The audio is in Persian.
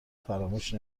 فراموش